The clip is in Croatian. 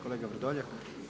Kolega Vrdoljak.